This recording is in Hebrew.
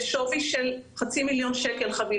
חבילה כזאת היא בשווי של חצי מיליון שקלים.